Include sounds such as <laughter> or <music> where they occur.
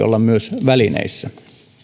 <unintelligible> olla myös välineissä